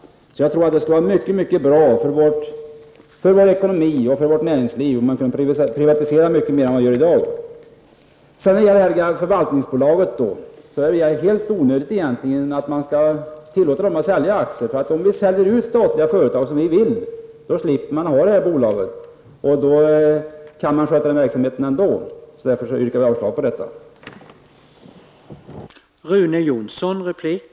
Jag tror alltså att det vore mycket bra för vår ekonomi och för vårt näringsliv om fler företag kunde privatiseras. Det är helt onödigt att tillåta förvaltningsbolaget Fortia att sälja aktier. Om statliga företag säljs ut så behövs inte detta företag. Verksamheten kan skötas bra ändå. Därmed yrkar jag avslag på utskottets förslag i detta fall.